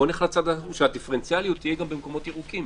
בואו נעשה שהדיפרנציאליות תהיה גם במקומות ירוקים.